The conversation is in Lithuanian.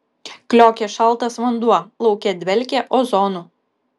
kliokė šaltas vanduo lauke dvelkė ozonu